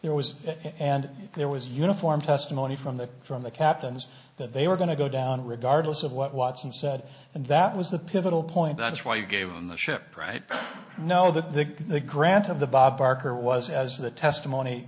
there was and there was uniform testimony from the from the captains that they were going to go down regardless of what watson said and that was the pivotal point that's why you gave him the ship right now that the grant of the bob barker was as the testimony